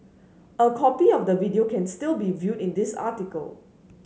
a copy of the video can still be viewed in this article